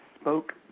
spoke